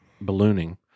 ballooning